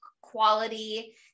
quality